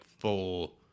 full